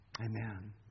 Amen